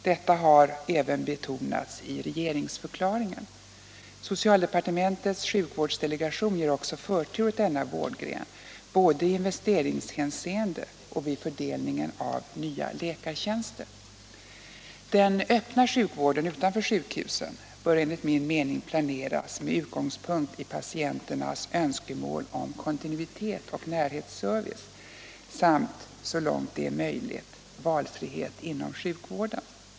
Detta har även betonats i regeringsförklaringen. Socialdepartementets sjukvårdsdelegation ger också förtur åt denna vårdgren både i investeringshänseende och vid fördelningen av nya läkartjänster. Den öppna sjukvården utanför sjukhusen bör enligt min mening planeras med utgångspunkt i patienternas önskemål om kontinuitet och närhetsservice samt — så långt det är möjligt — valfrihet inom sjukvården.